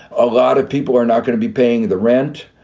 a lot of people are not going to be paying the rent.